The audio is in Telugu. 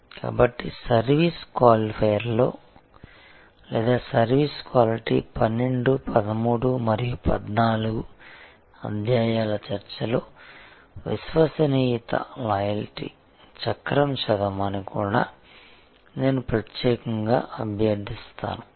png కాబట్టి సర్వీస్ క్వాలిఫైయర్లో లేదా సర్వీస్ క్వాలిటీ 12 13 మరియు 14 అధ్యాయాల చర్చలో విశ్వసనీయతలాయల్టీ చక్రం చదవమని కూడా నేను ప్రత్యేకంగా అభ్యర్థిస్తాను